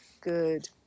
good